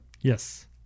Yes